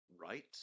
right